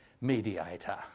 mediator